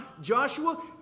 Joshua